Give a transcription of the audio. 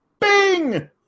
Bing